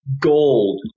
gold